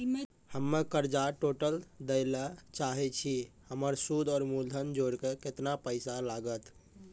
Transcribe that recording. हम्मे कर्जा टोटल दे ला चाहे छी हमर सुद और मूलधन जोर के केतना पैसा लागत?